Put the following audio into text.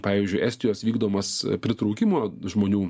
pavyzdžiui estijos vykdomas pritraukimo žmonių